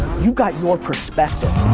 you've got your perspective.